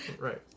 Right